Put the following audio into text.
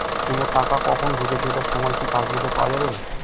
কোনো টাকা কখন ঢুকেছে এটার সময় কি পাসবুকে পাওয়া যাবে?